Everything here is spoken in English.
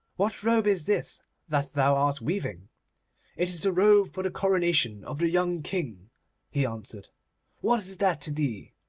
what robe is this that thou art weaving it is the robe for the coronation of the young king he answered what is that to thee